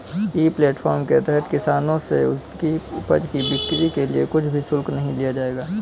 ई platform के तहत किसानों से उनकी उपज की बिक्री के लिए कुछ भी शुल्क नहीं लिया जाएगा